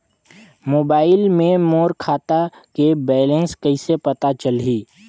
Mobile मे मोर खाता के बैलेंस कइसे पता चलही?